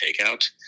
takeout